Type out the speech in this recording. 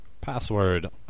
Password